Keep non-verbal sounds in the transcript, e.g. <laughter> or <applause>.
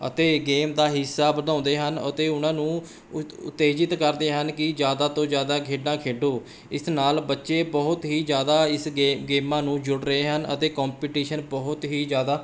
ਅਤੇ ਗੇਮ ਦਾ ਹਿੱਸਾ ਵਧਾਉਂਦੇ ਹਨ ਅਤੇ ਉਹਨਾਂ ਨੂੰ <unintelligible> ਉਤੇਜਿਤ ਕਰਦੇ ਹਨ ਕਿ ਜ਼ਿਆਦਾ ਤੋਂ ਜ਼ਿਆਦਾ ਖੇਡਾਂ ਖੇਡੋ ਇਸ ਨਾਲ ਬੱਚੇ ਬਹੁਤ ਹੀ ਜ਼ਿਆਦਾ ਇਸ ਗੇਮ ਗੇਮਾਂ ਨੂੰ ਜੁੜ ਰਹੇ ਹਨ ਅਤੇ ਕੋਮਪੀਟੀਸ਼ਨ ਬਹੁਤ ਹੀ ਜ਼ਿਆਦਾ